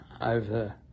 over